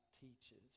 teaches